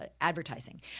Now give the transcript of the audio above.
advertising